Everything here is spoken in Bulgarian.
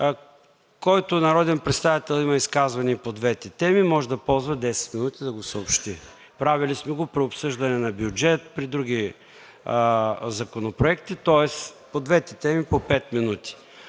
който народен представител има изказване и по двете теми, може да ползва 10 минути да го съобщи. Правили сме го при обсъждане на бюджет, при други законопроекти, тоест по двете теми по пет минути.